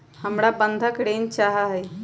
हमरा बंधक ऋण चाहा हई